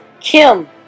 Kim